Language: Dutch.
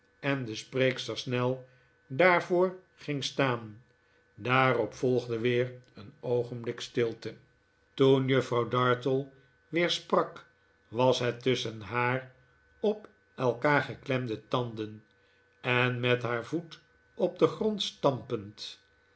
en de spreekster snel daarvoor ging staan daarop volgde weer een oogenblik stilte toen juffrouw dartle weer sprak was het tusschen haar op elkaar geklemde tanden en met haar voet op den grond